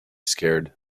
scared